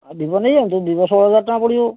Vivo ନେଇଯାଆନ୍ତୁ Vivo ଷୋଳ ହଜାର ଟଙ୍କା ପଡ଼ିବ